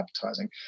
advertising